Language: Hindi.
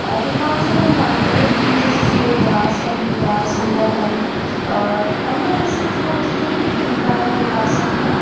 अधिकांश अगर हम बात करें गीत जैसे सूरदास कबीरदास मीराबाई और अन्य प्रसिद्ध जो जितने भी गीतकार हैं उपासक हैं